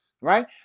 right